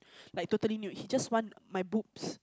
like totally nude he just want my boobs